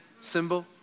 symbol